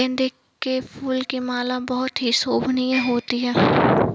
गेंदे के फूल की माला बहुत ही शोभनीय होती है